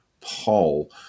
poll